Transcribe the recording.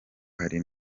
hari